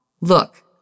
Look